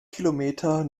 kilometer